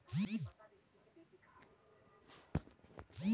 मौसम विभाग से सूचना प्राप्त करने हेतु कौन सा ऐप है?